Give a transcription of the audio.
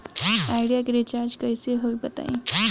Idea के recharge कइसे होई बताईं?